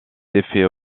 effets